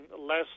less